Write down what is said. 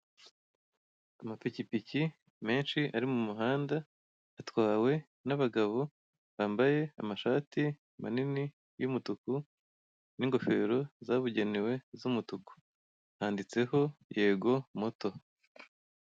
Amapikipiki menshi ari mu muhanda atwawe n'abagabo bambaye amashati manini y'umutuku n'ingofero zabugenewe z'umutuku, handitseho yego moto.